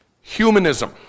humanism